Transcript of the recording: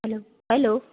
hello hello